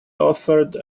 offered